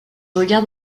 regarde